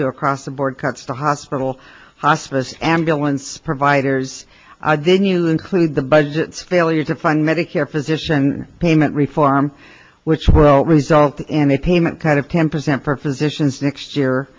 to across the board cuts to hospital hospice ambulance providers then you include the budgets failure to fund medicare physician payment reform which well result in a payment kind of ten percent for physicians next year